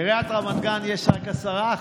לעיריית רמת גן יש רק 10%,